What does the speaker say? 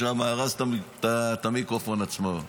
הרס את המיקרופון עצמו.